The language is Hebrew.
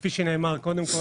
כפי שנאמר קודם,